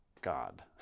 God